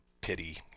pity